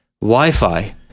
Wi-Fi